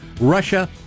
Russia